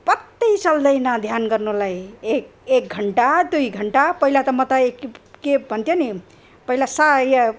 पत्तै चल्दैन ध्यान गर्नलाई एक एक घन्टा दुई घन्टा पहिला त म त के भन्थ्यो नि पहिला सा य